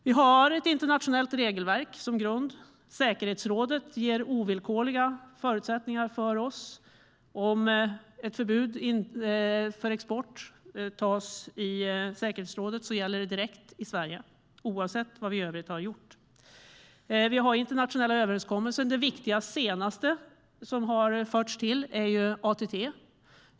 Vi har ett internationellt regelverk som grund. FN:s säkerhetsråd ger ovillkorliga förutsättningar för oss. Om ett förbud mot export tas i säkerhetsrådet gäller det direkt i Sverige, oavsett vad vi i övrigt har gjort. Vi har internationella överenskommelser. Den senaste som har förts till är ATT.